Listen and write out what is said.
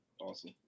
Awesome